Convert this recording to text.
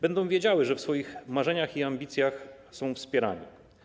Będą one wiedziały, że w swoich marzeniach i ambicjach są wspierane.